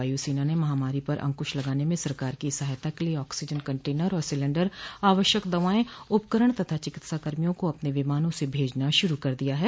वायुसेना ने महामारी पर अंकुश लगाने में सरकार की सहायता के लिए ऑक्सीजन कन्टेनर और सिलेंडर आवश्यक दवाएं उपकरण तथा चिकित्साकर्मियों को अपने विमानों से भेजना शुरू कर दिया है